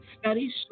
Studies